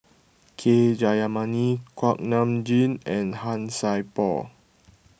K Jayamani Kuak Nam Jin and Han Sai Por